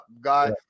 guys